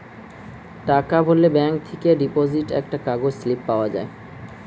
টাকা ভরলে ব্যাঙ্ক থেকে ডিপোজিট একটা কাগজ স্লিপ পাওয়া যায়